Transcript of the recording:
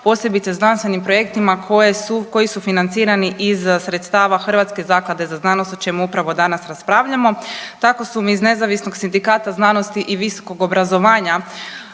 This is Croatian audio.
posebice znanstvenim projektima koji su financirani iz sredstava Hrvatske zaklade za znanost o čemu upravo danas raspravljamo. Tako su mi iz nezavisnog sindikata znanosti i visokog obrazovanja